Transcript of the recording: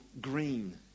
green